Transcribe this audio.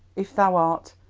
if thou art,